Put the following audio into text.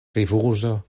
rifuzo